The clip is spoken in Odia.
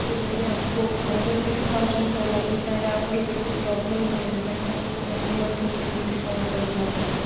ସେ ଯଦି ଆମକୁ ପରେ ସିକ୍ସ ଥାଉଜେଣ୍ଡ କହିଲା ବୋଲି ତା'ହେଲେ ଆମର ବେଶୀ ପ୍ରୋବ୍ଲେମ୍ ହୁଏ ନା କାହିଁକିନା ଆମେେ ଜାଣିନଥିବୁ କେମିତି କ'ଣ କରିବାଟା